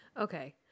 Okay